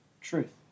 truth